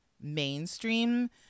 mainstream